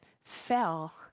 fell